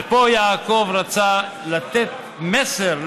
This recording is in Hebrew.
ופה יעקב רצה לתת מסר,